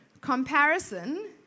Comparison